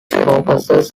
focuses